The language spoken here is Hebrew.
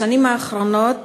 בשנים האחרונות